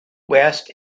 west